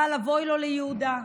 אבל אבוי לו, ליהודה,